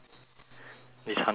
it's hundred percent not me